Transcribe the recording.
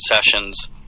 sessions